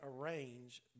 arrange